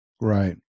Right